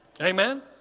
Amen